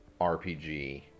RPG